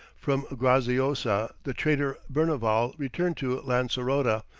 from graziosa, the traitor berneval returned to lancerota,